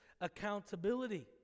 accountability